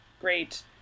great